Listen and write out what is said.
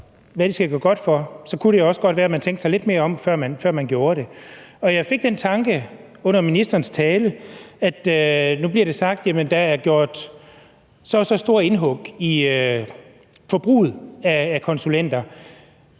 hvad de skal gøre godt for, så kunne det også godt være, at man tænkte sig lidt mere om, før man gjorde det. Jeg fik en tanke under ministerens tale, da det blev sagt, at der er gjort et så og så stort indhug i forbruget af konsulenter.